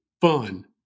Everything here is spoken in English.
fun